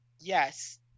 Yes